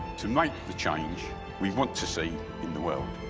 to make the change we want to see in the world.